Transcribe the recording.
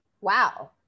Wow